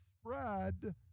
spread